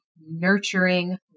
nurturing